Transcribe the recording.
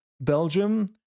Belgium